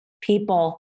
People